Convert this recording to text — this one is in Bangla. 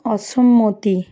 অসম্মতি